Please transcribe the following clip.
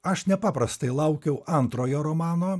aš nepaprastai laukiau antrojo romano